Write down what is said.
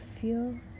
feel